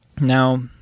Now